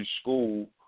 school